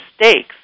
mistakes